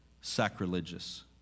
sacrilegious